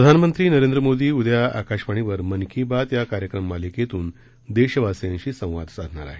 प्रधानमंत्री नरेंद्र मोदी उद्या आकाशवाणी वर मन की बात या कार्यक्रम मालिकेतून देशवासियांशी संवाद साधणार आहेत